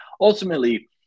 ultimately